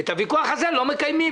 את הוויכוח הזה לא מקיימים,